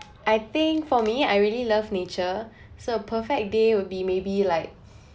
I think for me I really love nature so a perfect day would be maybe like